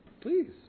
please